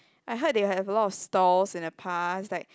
I heard they have a lot of stalls in the past like